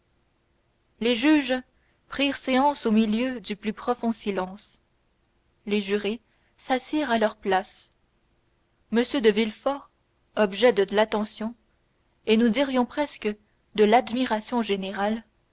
les juges prirent séance au milieu du plus profond silence les jurés s'assirent à leur place m de villefort objet de l'attention et nous dirons presque de l'admiration générale